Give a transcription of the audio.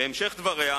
בהמשך דבריה,